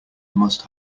must